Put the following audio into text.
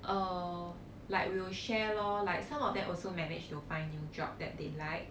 uh like we'll share lor like some of them also managed to find new job that they like